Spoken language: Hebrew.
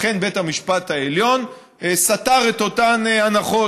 אכן בית המשפט העליון סתר את אותן הנחות,